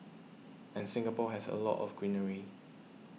and Singapore has a lot of greenery